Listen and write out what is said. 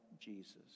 Jesus